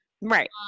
Right